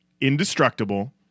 indestructible